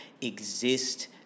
exist